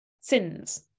SINs